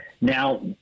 Now